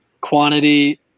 quantity